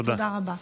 תודה רבה.